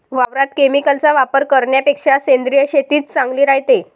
वावरात केमिकलचा वापर करन्यापेक्षा सेंद्रिय शेतीच चांगली रायते